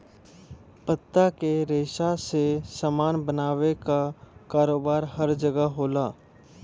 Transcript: पत्ता के रेशा से सामान बनावे क कारोबार हर जगह होला